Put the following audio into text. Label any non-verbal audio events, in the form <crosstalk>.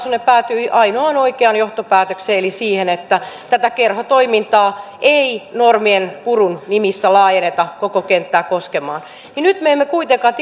päätyi ainoaan oikeaan johtopäätökseen eli siihen että tätä kerhotoimintaa ei normienpurun nimissä laajenneta koko kenttää koskemaan niin nyt emme kuitenkaan <unintelligible>